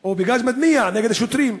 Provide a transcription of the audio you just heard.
או בגז מדמיע נגד השוטרים.